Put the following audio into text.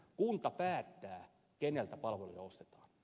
kunta päättää keneltä palveluja ostetaan